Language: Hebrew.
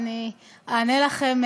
ואני אענה לכם,